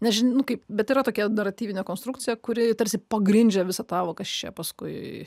nežinau kaip bet yra tokia naratyvinė konstrukcija kuri tarsi pagrindžia visą tą vat kas čia paskui